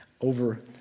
over